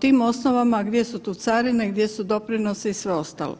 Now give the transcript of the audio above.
tim osnovama, gdje su tu carine, gdje su doprinosi i sve ostalo.